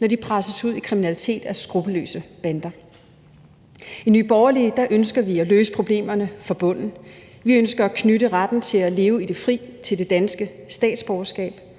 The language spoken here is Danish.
når de presses ud i kriminalitet af skruppelløse bander. I Nye Borgerlige ønsker vi at løse problemerne fra bunden. Vi ønsker at knytte retten til at leve i det fri til det danske statsborgerskab.